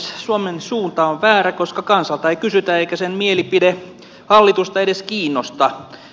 suomen suunta on väärä koska kansalta ei kysytä eikä sen mielipide hallitusta edes kiinnosta